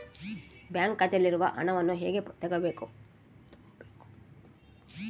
Bank ಖಾತೆಯಲ್ಲಿರುವ ಹಣವನ್ನು ಹೇಗೆ ತಗೋಬೇಕು?